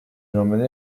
emmené